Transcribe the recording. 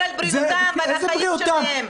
על בריאותם ועל החיים שלהם ---- איזה בריאותם?